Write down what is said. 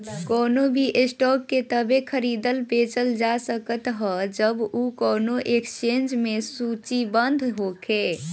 कवनो भी स्टॉक के तबे खरीदल बेचल जा सकत ह जब उ कवनो एक्सचेंज में सूचीबद्ध होखे